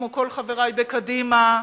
כמו כל חברי בקדימה,